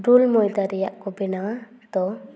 rule ᱢᱚᱭᱫᱟ ᱨᱮᱭᱟᱜ ᱠᱚ ᱵᱮᱱᱟᱣᱟ ᱛᱚ